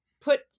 put